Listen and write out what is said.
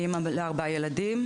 אני אמא לארבעה ילדים.